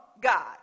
God